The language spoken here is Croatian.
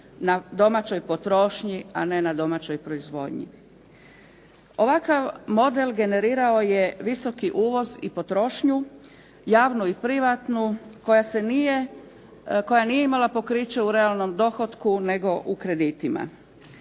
na domaćoj potrošnji, a ne na domaćoj proizvodnji. Ovakav model generirao je visoki uvoz i potrošnju, javnu i privatnu koja nije imala pokriće u realnom dohotku, nego u kreditima.